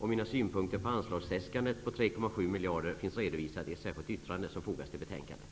Mina synpunkter på anslagsäskandet på 3,7 miljarder finns redovisade i ett särskilt yttrande som fogats till betänkandet.